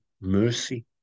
mercy